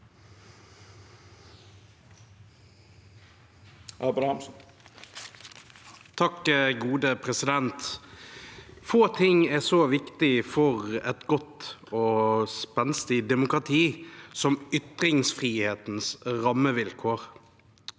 (FrP) Få ting er så viktig for et godt og spenstig demokrati som ytringsfrihetens rammevilkår.